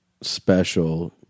special